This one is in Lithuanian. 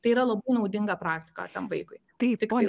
tai yra labai naudinga praktika tam vaikui tai taikoje